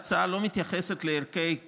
ההצעה לא מתייחסת לערכי קרקע.